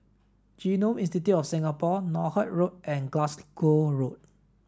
Genome Institute of Singapore Northolt Road and Glasgow Road